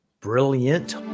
Brilliant